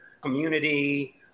community